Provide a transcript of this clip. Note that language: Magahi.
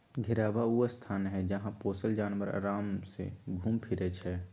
घेरहबा ऊ स्थान हई जहा पोशल जानवर अराम से घुम फिरइ छइ